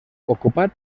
ocupat